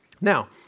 Now